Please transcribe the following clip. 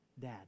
Dad